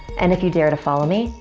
and if you dare to follow me,